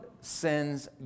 sends